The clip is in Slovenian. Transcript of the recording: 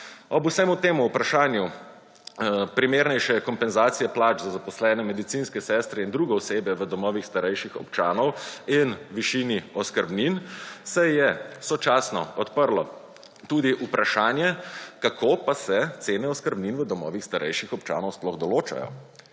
Ob vsem tem vprašanju primernejše kompenzacije plače za zaposlene medicinske sestre in druge osebe v domovih starejših občanov in višini oskrbnin se je sočasno odprlo tudi vprašanje kako pa se cene oskrbnin v domovih starejših občanov sploh določajo